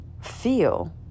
feel